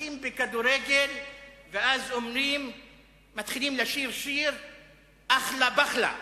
משחקים בכדורגל ואז מתחילים לשיר "אחלה בחלה".